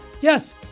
Yes